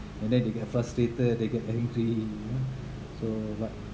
and then they get frustrated they get angry you know so what